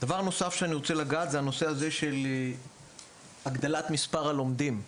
דבר נוסף, הנושא של הגדלת מספר הלומדים.